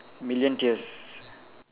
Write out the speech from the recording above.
million tears